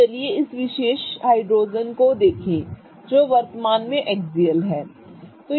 तो चलो इस विशेष हाइड्रोजन को देखें जो वर्तमान में एक्सियल है ठीक है